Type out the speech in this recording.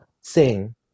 sing